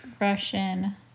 Russian